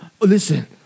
Listen